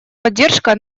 поддержка